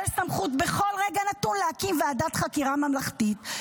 יש סמכות בכל רגע נתון להקים ועדת חקירה ממלכתית,